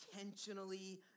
intentionally